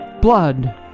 blood